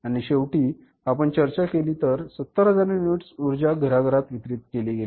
आणि शेवटी जर आपण चर्चा केली तर 70000 युनिट्स उर्जा घराघरात वितरित केली गेली